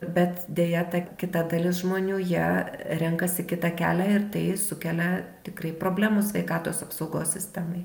bet deja ta kita dalis žmonių jie renkasi kitą kelią ir tai sukelia tikrai problemų sveikatos apsaugos sistemai